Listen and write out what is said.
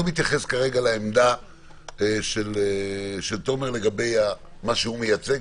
מתייחס לעמדה של תומר לגבי מה שהוא מייצג,